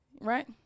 right